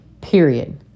Period